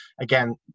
again